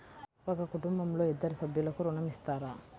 ఒక కుటుంబంలో ఇద్దరు సభ్యులకు ఋణం ఇస్తారా?